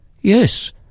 Yes